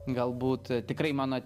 galbūt tikrai mano